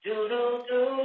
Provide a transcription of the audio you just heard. Do-do-do